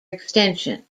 extension